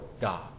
God